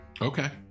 Okay